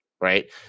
right